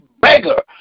beggar